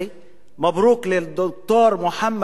מבּרוכּ ללדכּתור מחמד מרסי,